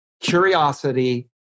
curiosity